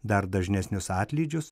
dar dažnesnius atlydžius